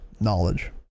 knowledge